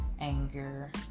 Anger